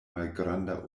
malgranda